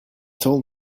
told